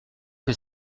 que